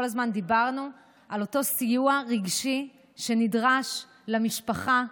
הזמן דיברנו על אותו סיוע רגשי שנדרש למשפחה,